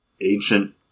ancient